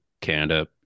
Canada